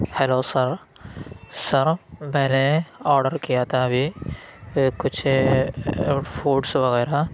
hello sir sir میں نے order کیا تھا ابھی کچھ فوڈس وغیرہ